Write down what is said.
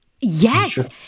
yes